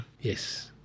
Yes